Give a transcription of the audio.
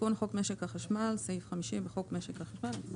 תיקון חוק משק החשמל, סעיף 50, לחוק משק החשמל.